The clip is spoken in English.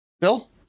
Bill